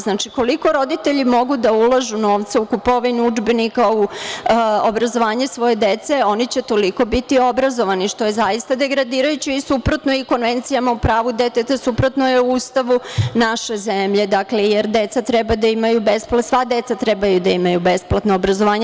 Znači, koliko roditelji mogu da ulažu novca u kupovinu udžbenika, u obrazovanje svoje dece, oni će toliko biti obrazovani, što je zaista degradirajuće i suprotno konvencijama o pravu deteta, suprotno je Ustavu naše zemlje, jer sva deca treba da imaju besplatno obrazovanje.